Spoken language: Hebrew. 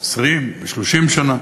20 ו-30 שנה,